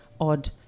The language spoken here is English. odd